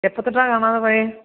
എപ്പം തൊട്ടാ കാണാതെ പോയത്